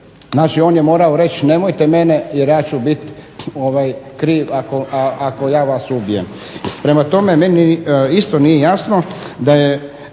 Znači, on je morao reći nemojte mene jer ja ću biti kriv ako ja vas ubijem. Prema tome, meni isto nije jasno kako